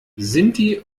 sinti